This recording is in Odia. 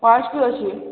ୱାଚ୍ ବି ଅଛେ